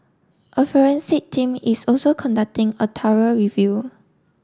a forensic team is also conducting a review